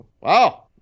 Wow